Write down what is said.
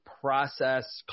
process